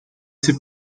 c’est